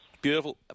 Beautiful